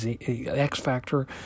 X-Factor